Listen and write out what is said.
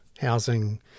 housing